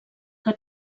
que